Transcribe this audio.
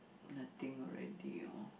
nothing already